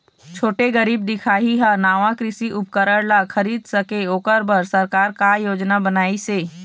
छोटे गरीब दिखाही हा नावा कृषि उपकरण ला खरीद सके ओकर बर सरकार का योजना बनाइसे?